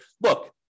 look